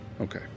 Okay